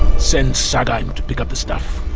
send sagayam to pick up the stuff